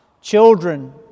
children